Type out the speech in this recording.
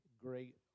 Great